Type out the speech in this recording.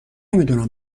میدونم